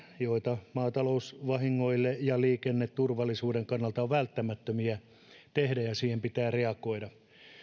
joita maatalousvahinkojen ja liikenneturvallisuuden kannalta on välttämätöntä tehdä ja siihen pitää reagoida